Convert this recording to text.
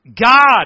God